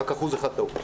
רק אחוז אחד טעות.